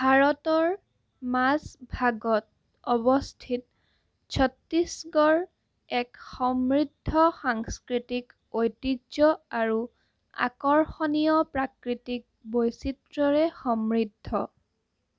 ভাৰতৰ মাজভাগত অৱস্থিত ছত্তীশগড় এক সমৃদ্ধ সাংস্কৃতিক ঐতিহ্য আৰু আকৰ্ষণীয় প্ৰাকৃতিক বৈচিত্ৰ্যৰে সমৃদ্ধ